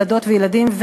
ילדות וילדים,